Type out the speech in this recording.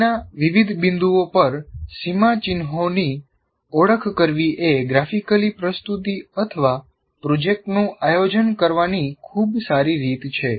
સમયના વિવિધ બિંદુઓ પર સીમાચિહ્નોની ઓળખ કરવી એ ગ્રાફિકલી પ્રસ્તુતિ અથવા પ્રોજેક્ટનું આયોજન કરવાની ખૂબ સારી રીત છે